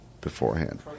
beforehand